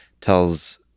tells